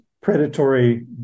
predatory